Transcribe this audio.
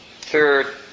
third